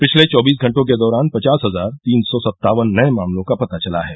पिछले चौबीस घंटों के दौरान पचास हजार तीन सौ सत्तावन नए मामलों का पता चला है